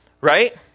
Right